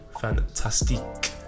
fantastic